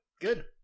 Good